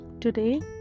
Today